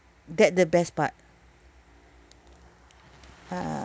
that the best part ah